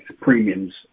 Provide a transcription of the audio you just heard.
premiums